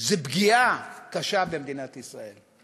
זו פגיעה קשה במדינת ישראל,